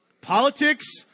Politics